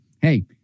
hey